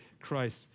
Christ